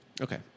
Okay